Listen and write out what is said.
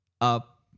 up